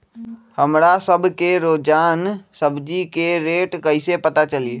हमरा सब के रोजान सब्जी के रेट कईसे पता चली?